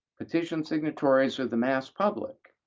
petition signatories or the mass public.